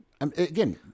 again